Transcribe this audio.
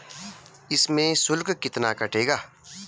इसमें शुल्क कितना कटेगा?